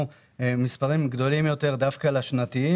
מספרים גדולים יותר דווקא למקבלי הקצבה השנתית,